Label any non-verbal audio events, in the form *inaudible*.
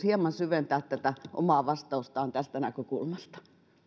*unintelligible* hieman syventää tätä omaa vastaustaan tästä näkökulmasta